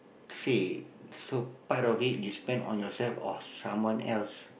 say so part of it you spend on yourself or someone else